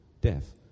Death